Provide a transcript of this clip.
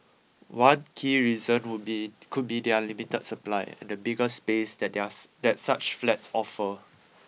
one key reason would be could be their limited supply and the bigger space that their that such flats offer